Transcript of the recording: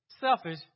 selfish